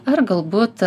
ar galbūt